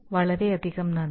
വളരെയധികം നന്ദി